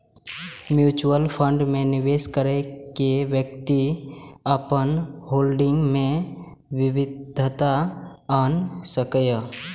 mutual fund मे निवेश कैर के व्यक्ति अपन होल्डिंग मे विविधता आनि सकैए